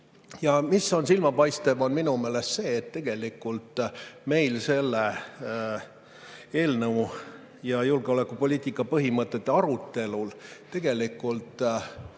kõiki. Silmapaistev on minu meelest see, et tegelikult meil selle eelnõu ja julgeolekupoliitika põhimõtete arutelul erakondade